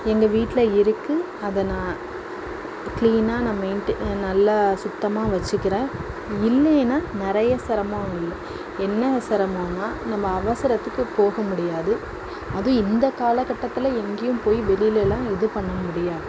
எங்கள் வீட்டில் இருக்கு அதை நான் க்ளீனாக நான் மெய்ன்ட் நல்லா சுத்தமாக வச்சுக்குறேன் இல்லையின்னா நிறைய சிரமம் என்ன சிரமம்ன்னா நம்ம அவசரத்துக்கு போக முடியாது அதுவும் இந்தக்காலகட்டத்தில் எங்கேயும் போய் வெளிலல்லாம் எது பண்ண முடியாது